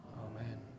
Amen